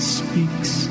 speaks